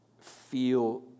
feel